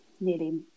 nearly